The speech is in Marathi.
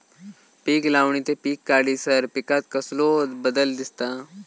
पीक लावणी ते पीक काढीसर पिकांत कसलो बदल दिसता?